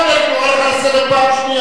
אני קורא לך לסדר פעם שנייה.